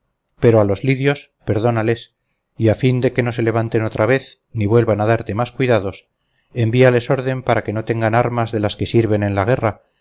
pero a los lidios perdónales y a fin de que no se levanten otra vez ni vuelvan a darte más cuidados envíales orden para que no tengan armas de las que sirven en la guerra